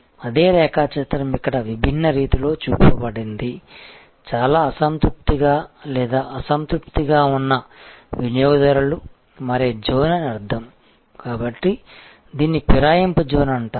అదే రేఖాచిత్రం ఇక్కడ విభిన్న రీతిలో చూపబడింది చాలా అసంతృప్తిగా లేదా అసంతృప్తిగా ఉన్న వినియోగదారులు మారే జోన్ అని అర్థం కాబట్టి దీనిని ఫిరాయింపు జోన్ అంటారు